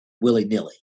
willy-nilly